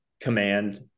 command